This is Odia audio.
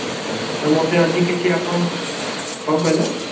ଆଚ୍ଛା ଆଚ୍ଛା ତ ମୋତେ ଆଜି କିଛି ଆପଣ କ'ଣ କହିଲେ